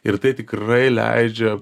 ir tai tikrai leidžia